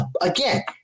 again